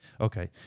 okay